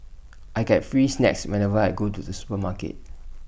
I get free snacks whenever I go to the supermarket